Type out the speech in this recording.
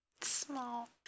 small